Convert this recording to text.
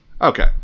Okay